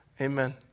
Amen